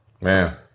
man